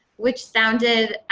which sounded